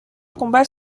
combats